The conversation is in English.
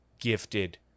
gifted